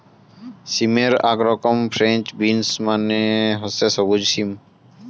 সিমের আক রকম ফ্রেঞ্চ বিন্স মানে হসে সবুজ সিম